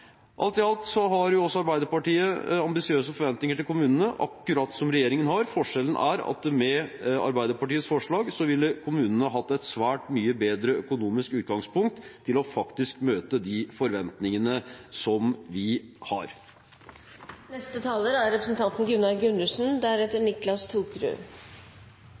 Alt i alt har også Arbeiderpartiet ambisiøse forventninger til kommunene, akkurat som regjeringen har. Forskjellen er at med Arbeiderpartiets forslag ville kommunene hatt et svært mye bedre økonomisk utgangspunkt til faktisk å møte de forventningene som vi har. Dette er